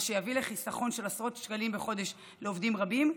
מה שיביא לחיסכון של עשרות שקלים לחודש לעובדים רבים.